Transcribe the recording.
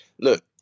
look